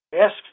Ask